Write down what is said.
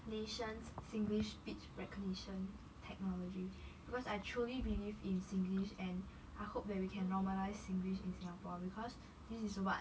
nations singlish speech recognition technology because I truly believe in singlish and I hope that we can normalise singlish in singapore because this is what